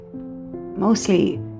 Mostly